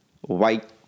white